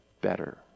better